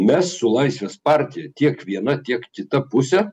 mes su laisvės partija tiek viena tiek kita pusė